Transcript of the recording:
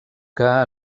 que